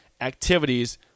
activities